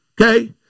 Okay